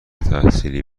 تحصیلی